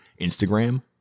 Instagram